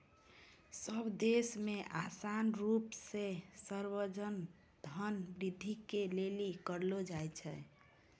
सब देश मे समान रूप से सर्वेक्षण धन वृद्धि के लिली करलो जाय छै